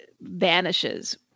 vanishes